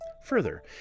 Further